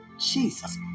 Jesus